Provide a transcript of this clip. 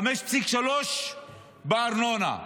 5.3% בארנונה,